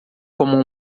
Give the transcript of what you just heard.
como